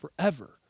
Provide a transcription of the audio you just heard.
forever